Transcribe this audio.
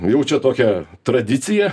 jau čią tokia tradicija